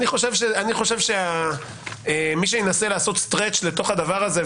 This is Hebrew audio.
אני חושב שמי שינסה לעשות מתיחה של הדבר הזה,